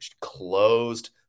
closed